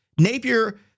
Napier